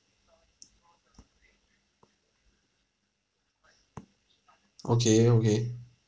okay okay